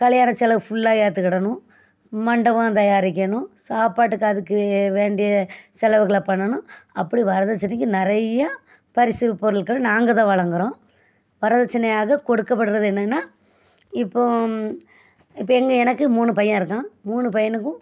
கல்யாண செலவு ஃபுல்லாக ஏற்றுக்கிடணும் மண்டபம் தயாரிக்கணும் சாப்பாட்டுக்கு அதுக்கு வேண்டிய செலவுகளை பண்ணணும் அப்படி வரதட்சணைக்கு நிறைய பரிசு பொருள்கள் நாங்கள் தான் வழங்குறோம் வரதட்சணையாக கொடுக்கப்படுறது என்னென்னா இப்போது இப்போ எங் எனக்கு மூணு பையன் இருக்கான் மூணு பையனுக்கும்